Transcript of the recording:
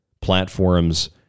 platforms